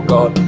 God